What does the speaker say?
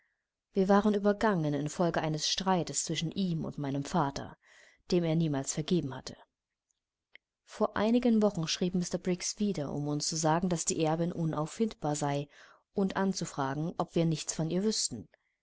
wir waren übergangen infolge eines streites zwischen ihm und meinem vater dem er niemals vergeben hatte vor einigen wochen schrieb mr briggs wieder um uns zu sagen daß die erbin unauffindbar sei und anzufragen ob wir nichts von ihr wüßten